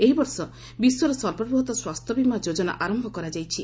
ଏହି ବର୍ଷ ବିଶ୍ୱର ସର୍ବବୃହତ ସ୍ୱାସ୍ଥ୍ୟବୀମା ଯୋଜନା ଆରମ୍ଭ କରାଯାଇଛି